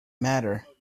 matter